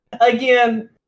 again